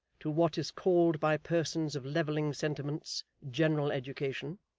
to what is called by persons of levelling sentiments, general education.